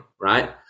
Right